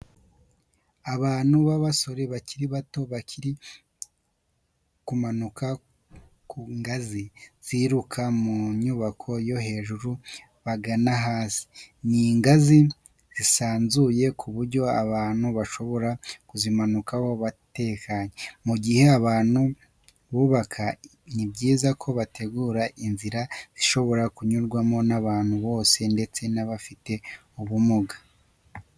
Abantu b'abasore bakiri bato bari kumanuka ku ngazi zituruka mu nyubako yo hejuru bagana hasi, ni ingazi zisanzuye ku buryo abantu bashobora kuzimanukaho batekanye. Mu gihe abantu bubaka ni byiza ko bateganya inzira zishobora kunyurwaho n'abantu bose ndetse n'abafite ubumuga.